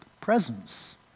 presence